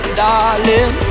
darling